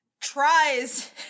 tries